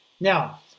Now